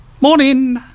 Morning